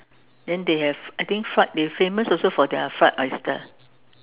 then they have I think fried they famous also for their fried oyster